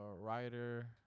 writer